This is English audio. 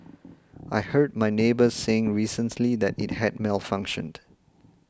I heard my neighbour saying recently that it had malfunctioned